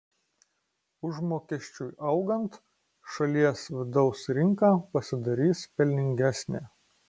užmokesčiui augant šalies vidaus rinka pasidarys pelningesnė